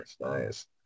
nice